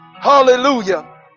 hallelujah